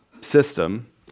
system